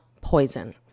poison